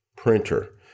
printer